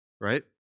right